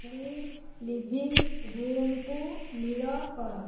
ଅଲି living ରୁମକୁ ନୀଳ କର